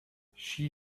she